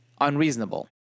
unreasonable